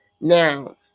Now